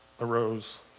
arose